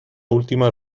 última